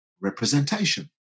representation